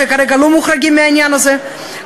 שכרגע לא מוחרגות מהעניין הזה,